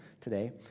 today